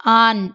on